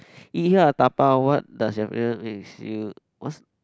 ya dabao what does your makes you what's